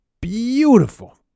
beautiful